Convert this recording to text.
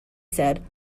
said